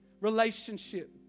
relationship